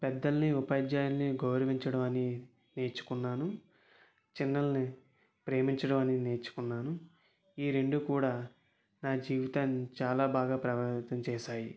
పెద్దలని ఉపాధ్యాయుల్ని గౌరవించడం అని నేర్చుకున్నాను చిన్నల్ని ప్రేమించడం అని నేర్చుకున్నాను ఈ రెండూ కూడా నా జీవితాన్ని చాలా బాగా ప్రభావితం చేశాయి